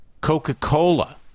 Coca-Cola